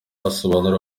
asobanurira